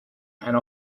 and